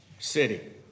City